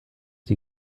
die